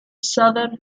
southern